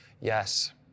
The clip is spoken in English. yes